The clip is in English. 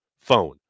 phone